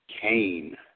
Cain